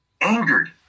angered